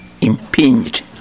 impinged